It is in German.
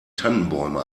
tannenbäume